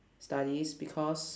studies because